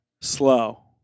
Slow